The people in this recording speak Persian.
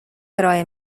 ارائه